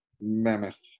mammoth